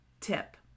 tip